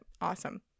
Awesome